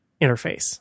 interface